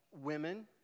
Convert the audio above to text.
women